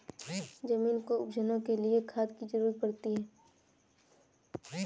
ज़मीन को उपजाने के लिए खाद की ज़रूरत पड़ती है